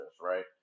right